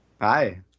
Hi